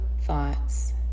thoughts